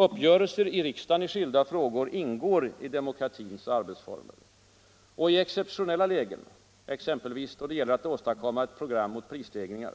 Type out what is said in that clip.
Uppgörelser i riksdagen i skilda frågor ingår i demokratins arbetsformer. Och i exceptionella lägen — exempelvis då det gäller att åstadkomma program mot prisstegringar